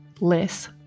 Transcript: less